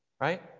Right